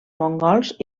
mongols